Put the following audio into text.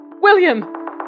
William